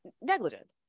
Negligent